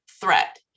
threat